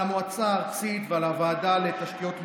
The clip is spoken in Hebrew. על המועצה הארצית ועל הוועדה לתשתיות לאומיות,